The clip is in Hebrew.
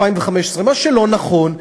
מה שלא נכון,